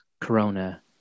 corona